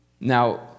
Now